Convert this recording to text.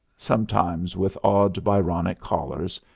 sometimes with odd, byronic collars,